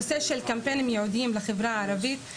הנושא של קמפיינים ייעודיים לחברה הערבית,